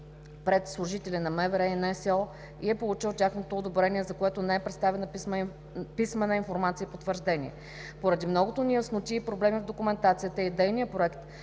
пред служители на МВР и НСО и е получил тяхното одобрение, за което не е представена писмена информация и потвърждение. Поради многото неясноти и проблеми в документацията и идейния проект,